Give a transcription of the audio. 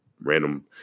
random